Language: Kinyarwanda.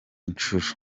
nshuro